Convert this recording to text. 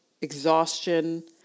exhaustion